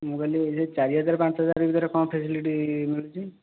ମୁଁ କହିଲି ସେଇ ଚାରି ହଜାର ପାଞ୍ଚ ହଜାର ଭିତରେ କ'ଣ ଫେସିଲିଟି ମିଳୁଛି